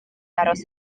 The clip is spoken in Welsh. aros